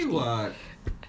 meet the fifty